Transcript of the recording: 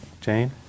Jane